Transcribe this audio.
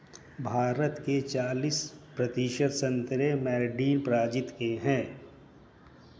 भारत के चालिस प्रतिशत संतरे मैडरीन प्रजाति के हैं